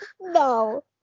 no